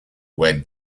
where